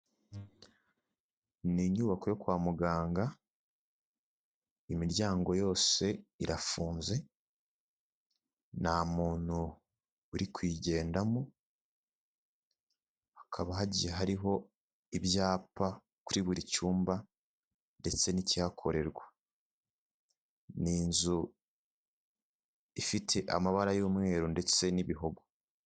Ni inyubako yo kwa muganga, imiryango yose irafunze, nta muntu uri kuyigendamo, hakaba hagiye hariho ibyapa kuri buri cyumba ndetse n'ikihakorerwa, ni inzu ifite amabara y'umweru ndetse n'ibihogo.